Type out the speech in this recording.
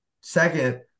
second